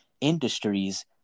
industries